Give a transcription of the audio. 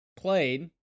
played